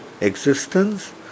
existence